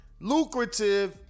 lucrative